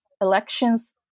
elections